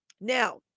Now